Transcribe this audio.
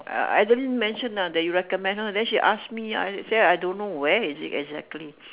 I I don't mention ah that you recommend then she ask me I say I don't know where is it exactly